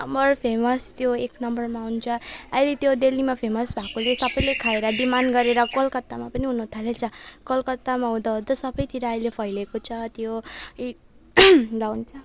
number famous त्यो एक नम्बरमा आउँछ अहिले त्यो दिल्लीमा फेमस भएकाले सबले खाएर डिमान्ड गरेर कलकत्तामा पनि हुनु थालेको छ कलकत्तामा हुँदा हुँदा सबतिर अहिले फैलिएको छ त्यो ल हुन्छ